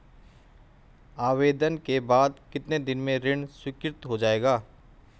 आवेदन के बाद कितने दिन में ऋण स्वीकृत हो जाएगा?